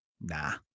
Nah